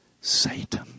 Satan